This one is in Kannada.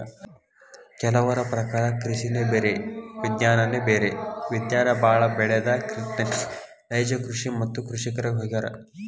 ಕೆಲವರ ಪ್ರಕಾರ ಕೃಷಿನೆ ಬೇರೆ ವಿಜ್ಞಾನನೆ ಬ್ಯಾರೆ ವಿಜ್ಞಾನ ಬಾಳ ಬೆಳದ ನೈಜ ಕೃಷಿ ಮತ್ತ ಕೃಷಿಕರ ಹೊಗ್ಯಾರ